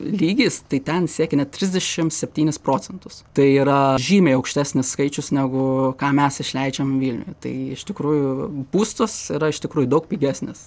lygis tai ten siekia net trisdešim septynis procentus tai yra žymiai aukštesnis skaičius negu ką mes išleidžiam vilniuj tai iš tikrųjų būstas yra iš tikrųjų daug pigesnis